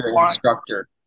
instructor